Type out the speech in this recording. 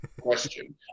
question